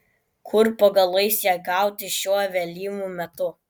kur po galais ją gauti šiuo vėlyvu metu